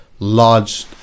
large